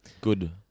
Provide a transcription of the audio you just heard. good